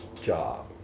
job